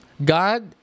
God